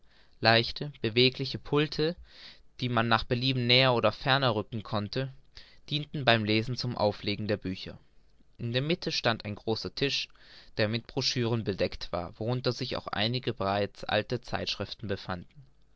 leichte bewegliche pulte die man nach belieben näher oder ferner rücken konnte dienten beim lesen zum auflegen der bücher in der mitte stand ein großer tisch der mit brochuren bedeckt war worunter sich auch einige bereits alte zeitschriften befanden